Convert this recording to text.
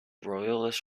royalist